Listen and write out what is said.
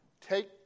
Take